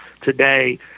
today